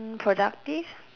mm productive